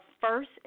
first